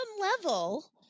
level